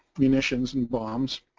munitions and bombs.